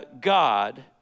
God